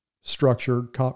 structured